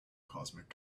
cosmic